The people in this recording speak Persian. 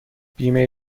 بیمه